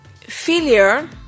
failure